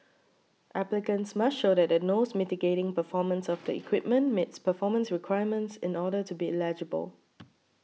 applicants must show that the nose mitigating performance of the equipment meets performance requirements in order to be eligible